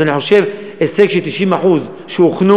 אז אני חושב שהישג של 90% שהוכנו,